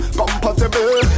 compatible